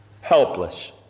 helpless